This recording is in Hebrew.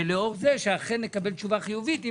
התרבות והספורט לאור זה שאכן נקבל תשובה חיובית.